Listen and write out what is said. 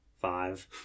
five